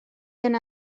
yna